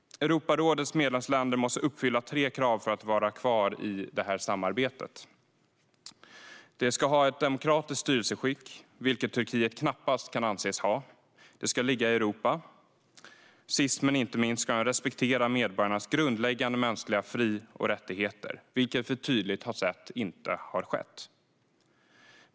Europarådets medlemsländer måste uppfylla tre krav för att vara kvar i detta samarbete. De ska ha ett demokratiskt styrelseskick, vilket Turkiet knappast kan anses ha, de ska ligga i Europa och sist men inte minst ska de respektera medborgarnas grundläggande mänskliga fri och rättigheter, vilket vi tydligt har sett att Turkiet inte gör.